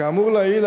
כאמור לעיל,